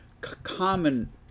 common